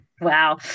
Wow